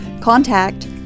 contact